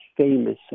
famous